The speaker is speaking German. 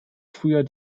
früher